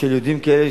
של יהודים כאלה,